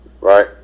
Right